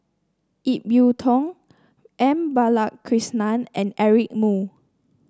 Ip Yiu Tung M Balakrishnan and Eric Moo